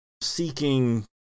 seeking